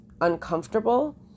uncomfortable